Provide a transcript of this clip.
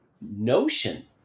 notion